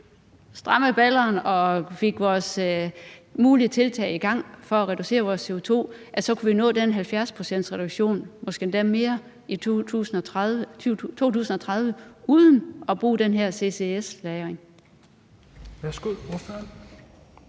strammede balderne og fik vores mulige tiltag i gang for at reducere vores CO2-udslip, så kunne vi nå den 70-procentsreduktion, måske endda mere, i 2030 uden at bruge den her CCS-lagring?